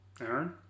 Aaron